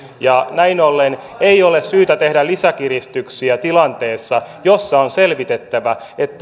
näin ollen ei ole syytä tehdä lisäkiristyksiä tilanteessa jossa on selvitettävä